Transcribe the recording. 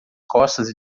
costas